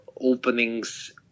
openings